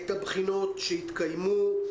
את הבחינות שיתקיימו,